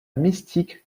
mystique